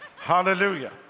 Hallelujah